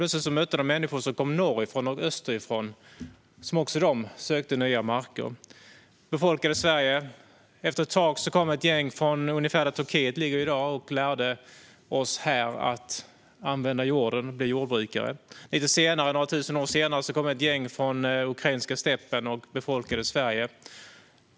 Plötsligt mötte de människor som kom norrifrån och österifrån och som också de sökte nya marker och befolkade Sverige. Efter ett tag kom ett gäng från ungefär den plats där Turkiet ligger i dag och lärde oss här att använda jorden och bli jordbrukare. Några tusen år senare kom ett gäng från den ukrainska stäppen och befolkade Sverige.